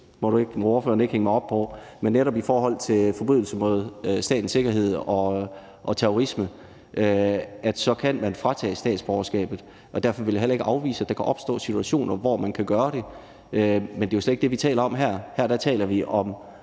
må spørgeren ikke hænge mig op på – altså netop i forhold til forbrydelser mod statens sikkerhed og terrorisme, så kan man fratage statsborgerskabet. Og derfor vil jeg heller ikke afvise, at der kan opstå situationer, hvor man kan gøre det. Men det er jo slet ikke det, vi taler om her. Her taler vi om,